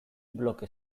bloke